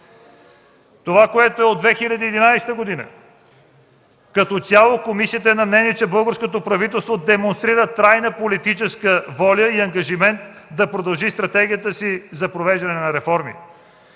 оценката от 2011 г.: „Комисията е на мнение, че българското правителство демонстрира трайна политическа воля и ангажимент да продължи стратегията си за провеждане на реформи.